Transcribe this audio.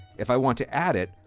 if i want to add it,